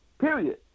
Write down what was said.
period